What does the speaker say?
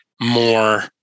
more